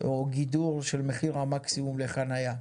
גידור של מחיר המקסימום לחנייה.